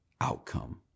outcome